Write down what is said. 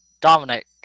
Dominic